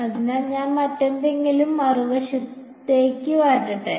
അതിനാൽ ഞാൻ മറ്റെല്ലാം മറുവശത്തേക്ക് മാറ്റട്ടെ